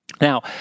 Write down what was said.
Now